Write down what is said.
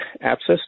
abscess